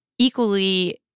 equally